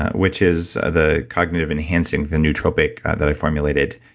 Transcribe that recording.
which is the cognitive enhancing, the neutral bake that i formulated,